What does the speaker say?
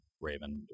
raven